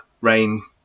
rain